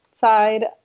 side